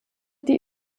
die